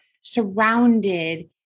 surrounded